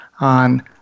on